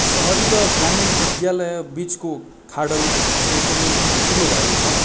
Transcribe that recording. सहरी र ग्रामीण विद्यालयबिचको खाडल चाहिँ एकदमै ठुलो भएको छ